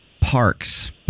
Parks